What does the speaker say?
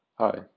Hi